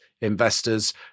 investors